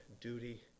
duty